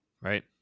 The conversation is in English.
right